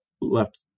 left